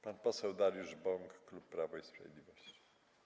Pan poseł Dariusz Bąk, klub Prawo i Sprawiedliwość.